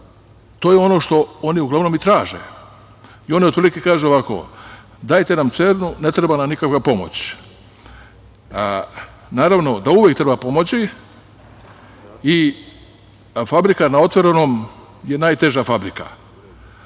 to je ono što oni uglavnom i traže i oni otprilike kažu ovako – dajte nam cenu, ne treba nam nikakva pomoć. Naravno da uvek treba pomoći i fabrika na otvorenom je najteža fabrika.